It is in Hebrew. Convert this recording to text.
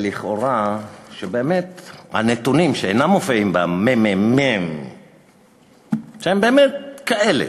שלכאורה הנתונים שאינם מופיעים במסמך ממ"מ הם באמת כאלה.